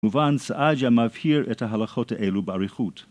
מובן סעג'ה מבהיר את ההלכות האלו באריכות.